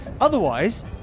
Otherwise